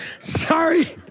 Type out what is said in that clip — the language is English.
Sorry